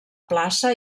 plaça